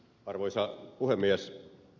arvoisa puhemies